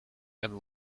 and